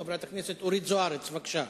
חברת הכנסת אורית זוארץ, בבקשה.